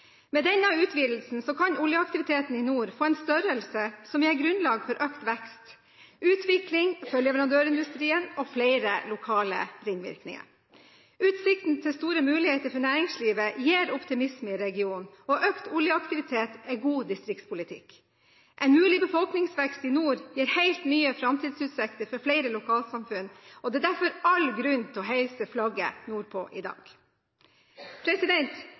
Med denne utvidelsen kan oljeaktiviteten i nord få en størrelse som gir grunnlag for økt vekst, utvikling for leverandørindustrien og flere lokale ringvirkninger. Utsiktene til store muligheter for næringslivet gir optimisme i regionen, og økt oljeaktivitet er god distriktspolitikk. En mulig befolkningsvekst i nord gir helt nye framtidsutsikter for flere lokalsamfunn, og det er derfor all grunn til å heise flagget nordpå i dag.